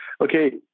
okay